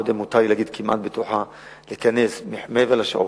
אני לא יודע אם מותר לי להגיד "כמעט בטוחה" להיכנס מעבר לשעות,